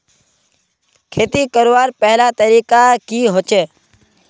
खेती करवार पहला तरीका की होचए?